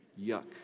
Yuck